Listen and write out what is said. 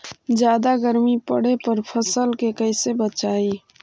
जादा गर्मी पड़े पर फसल के कैसे बचाई?